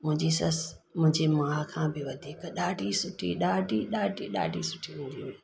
मुंहिंजी ससु मुंहिंजे माउ खां बि वधीक ॾाढी सुठी ॾाढी ॾाढी ॾाढी सुठी हूंदी हुई